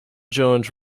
jones